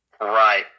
Right